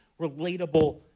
relatable